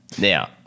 Now